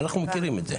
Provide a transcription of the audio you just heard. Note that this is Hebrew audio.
אנחנו מכירים את זה.